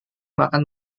makan